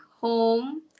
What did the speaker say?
home